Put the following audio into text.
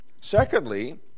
Secondly